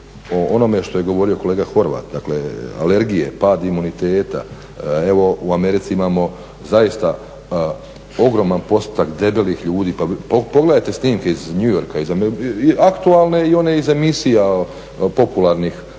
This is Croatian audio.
onome što je govorio kolega Horvat alergije, pad imuniteta. Evo u Americi imamo zaista ogroman postotak velikih ljudi, pa pogledajte snimke iz New Yorka i aktualne i one iz emisija popularnih